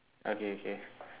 okay K